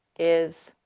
is